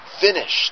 Finished